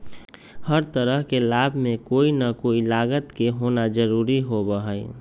हर तरह के लाभ में कोई ना कोई लागत के होना जरूरी होबा हई